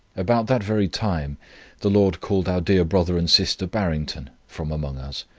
about that very time the lord called our dear brother and sister barrington from among us,